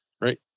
Right